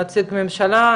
נציג ממשלה,